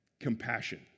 compassion